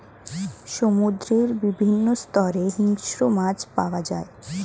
সমুদ্রের বিভিন্ন স্তরে হিংস্র মাছ পাওয়া যায়